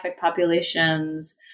populations